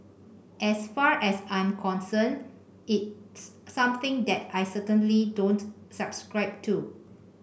as far as I'm concerned it's something that I certainly don't subscribe to